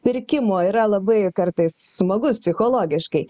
pirkimo yra labai kartais smagus psichologiškai